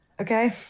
okay